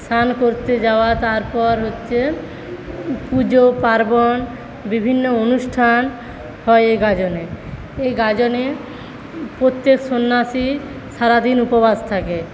স্নান করতে যাওয়া তারপর হচ্ছে পুজোপার্বণ বিভিন্ন অনুষ্ঠান হয় এই গাজনে এই গাজনে প্রত্যেক সন্ন্যাসী সারাদিন উপবাস থাকে